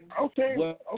Okay